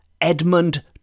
Edmund